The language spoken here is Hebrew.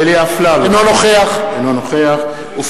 אינו נוכח אדוני היושב-ראש,